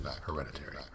hereditary